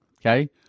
okay